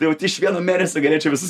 tai vat iš vieno mėnesio galėčiau visus